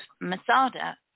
Masada